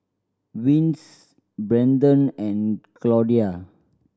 Vince Brenden and Claudia